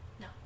No